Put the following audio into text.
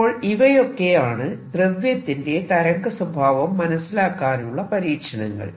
അപ്പോൾ ഇവയൊക്കെയാണ് ദ്രവ്യത്തിന്റെ തരംഗസ്വഭാവം മനസിലാക്കാനുള്ള പരീക്ഷണങ്ങൾ